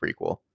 prequel